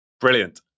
Brilliant